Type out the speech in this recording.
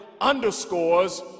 underscores